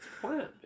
plant